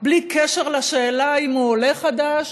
בלי קשר לשאלה אם הוא עולה חדש